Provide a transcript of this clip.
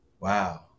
wow